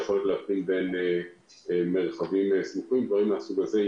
היכולות להפריד בין מרחבים סמוכים ודברים מהסוג הזה,